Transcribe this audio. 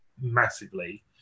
massively